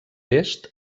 est